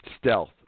stealth